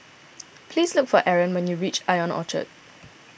please look for Aron when you reach Ion Orchard